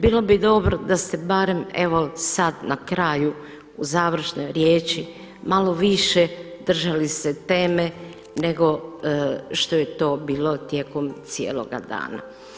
Bilo bi dobro da ste barem evo sada na kraju u završnoj riječi malo više držali se teme, nego što je to bilo tijekom cijeloga danas.